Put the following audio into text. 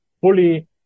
fully